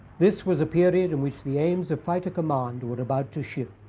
this was a period in which the aims of fighter command were about to shift.